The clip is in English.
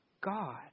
God